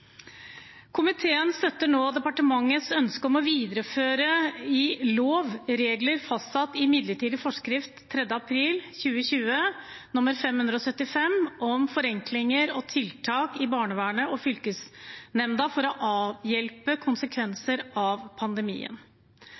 Komiteen støtter nå departementets ønske om å videreføre i lov regler fastsatt i midlertidig forskrift 3. april 2020 nr. 575, om forenklinger og tiltak i barnevernet og fylkesnemnda for å avhjelpe konsekvenser av utbrudd av pandemien.